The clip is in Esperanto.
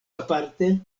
aparte